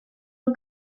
who